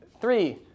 three